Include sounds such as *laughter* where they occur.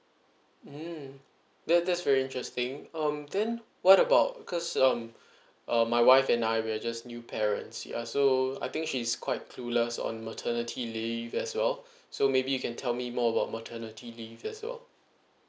mm that that's very interesting um then what about because um uh my wife and I we're just new parents yeah so I think she's quite clueless on maternity leave as well *breath* so maybe you can tell me more about maternity leave as well